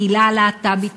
הקהילה הלהט"בית,